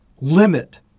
limit